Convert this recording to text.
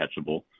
catchable